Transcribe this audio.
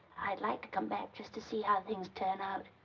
i'd like to come back just to see how things turn out.